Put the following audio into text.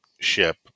ship